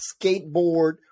skateboard